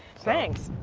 thanks.